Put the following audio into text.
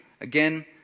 again